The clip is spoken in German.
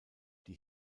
die